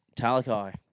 Talakai